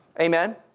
Amen